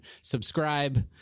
subscribe